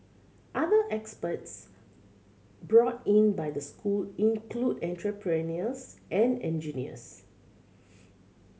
other experts brought in by the school include entrepreneurs and engineers